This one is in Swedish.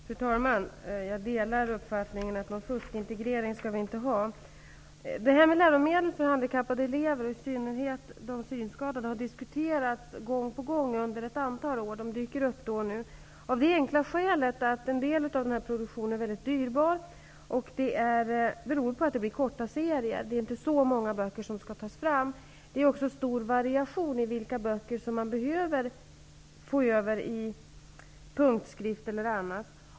Fru talman! Jag delar uppfattningen att vi inte skall ha någon fuskintegrering. Läromedel för handikappade elever, och i synnerhet för de synskadade, har diskuterats gång på gång under ett antal år. De dyker upp då och nu av det enkla skälet att en del av den här produktionen är mycket dyrbar. Det beror på att det blir korta serier. Det är inte så många böcker som skall tas fram. Det är också stor variation i vilka böcker som man behöver föra över till punktskrift eller annat.